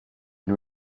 and